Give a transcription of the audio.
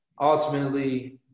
ultimately